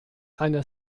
einer